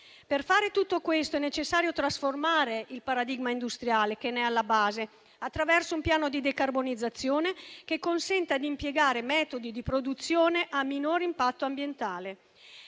Per fare tutto questo è necessario trasformare il paradigma industriale che ne è alla base, attraverso un piano di decarbonizzazione che consenta di impiegare metodi di produzione a minore impatto ambientale.